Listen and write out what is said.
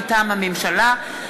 מטעם הממשלה,